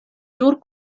nur